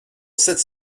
sept